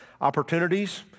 opportunities